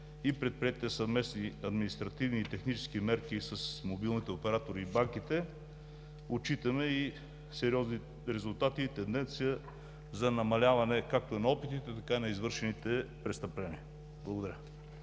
и предприетите съвместни административни и технически мерки с мобилните оператори и банките отчитаме и сериозни резултати и тенденция за намаляване както на опитите, така и на извършените престъпления. Благодаря.